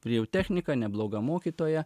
ir jau technika nebloga mokytoja